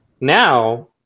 now